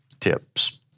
Tips